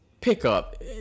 pickup